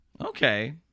Okay